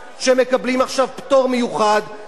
שמקבלים עכשיו פטור מיוחד,